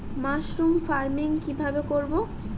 Mushroom farming কি ভাবে করব?